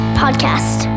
podcast